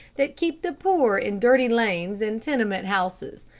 that keep the poor in dirty lanes and tenement houses.